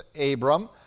Abram